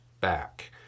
back